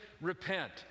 repent